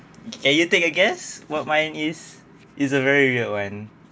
can you take a guess what mine is is a very weird one